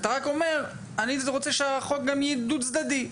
אתה רק אומר, אני רוצה שהחוק גם יהיה דו-צדדי.